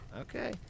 Okay